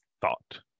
thought